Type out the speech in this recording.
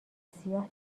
سیاه